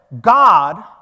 God